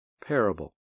parable